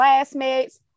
classmates